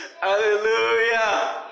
Hallelujah